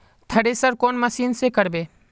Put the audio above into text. Thresher कौन machine से करबे?